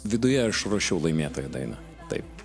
viduje aš ruošiau laimėtojo dainą taip